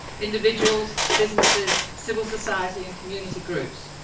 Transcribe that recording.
individuals, businesses, civil society and community groups,